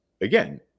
again